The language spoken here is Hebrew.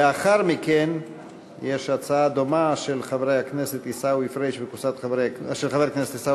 לאחר מכן יש הצעה דומה של חברי הכנסת עיסאווי פריג' וקבוצת חברי הכנסת.